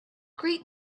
greet